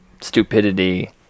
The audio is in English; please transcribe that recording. stupidity